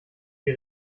die